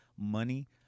money